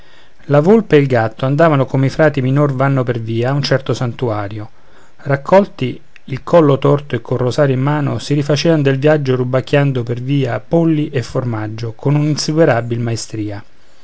la volpe e il gatto andavano come i frati minor vanno per via a un certo santuario raccolti il collo torto e col rosario in man si rifacevan del viaggio rubacchiando per via polli e formaggio con una insuperabil maestrìa